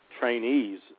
trainees